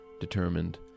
determined